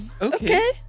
okay